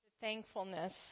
thankfulness